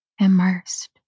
immersed